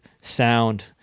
sound